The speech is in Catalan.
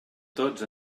tots